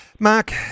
Mark